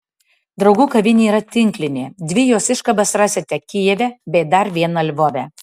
draugų kavinė yra tinklinė dvi jos iškabas rasite kijeve bei dar vieną lvove